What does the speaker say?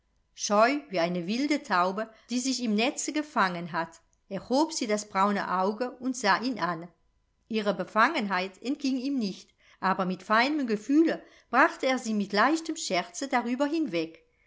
scheu wie eine wilde taube die sich im netze gefangen hat erhob sie das braune auge und sah ihn an ihre befangenheit entging ihm nicht aber mit feinem gefühle brachte er sie mit leichtem scherze darüber hinweg